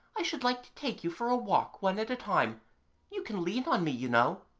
i should like to take you for a walk one at a time you can lean on me, you know